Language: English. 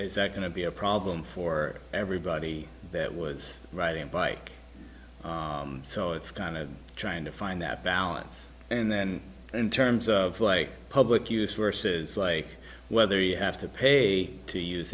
is that going to be a problem for everybody that was riding bike so it's kind of trying to find that balance and then in terms of like public use versus like whether you have to pay to use